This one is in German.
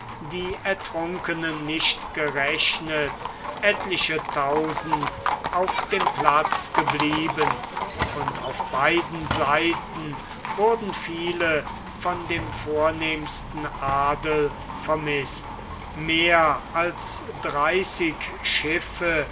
die ertrunkenen nicht gerechnet etliche tausend auf dem platz geblieben und auf beiden seiten wurden viele von dem vornehmsten adel vermißt mehr als dreißig schiffe